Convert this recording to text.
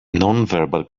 nonverbal